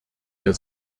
der